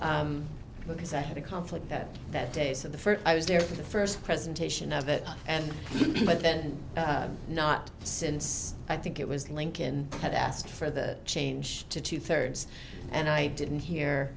us because i had a conflict that that days of the first i was there for the first presentation of it and but then not since i think it was lincoln had asked for the change to two thirds and i didn't hear